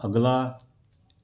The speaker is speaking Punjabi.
ਅਗਲਾ